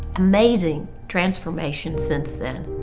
amazing transformation since then,